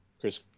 Chris